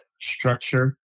structure